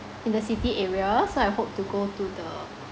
in the city area so I hope to go to the